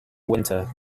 winter